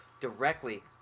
directly